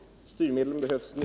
Styrmedlen behövs nu.